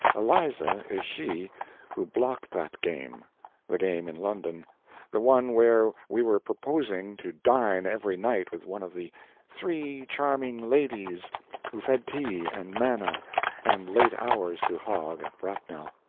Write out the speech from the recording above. eliza is she who blocked that game the game in london the one where we were purposing to dine every night with one of the three charming ladies who fed tea and manna and late hours to hogg at bracknell.